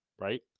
right